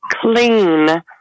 clean